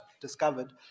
discovered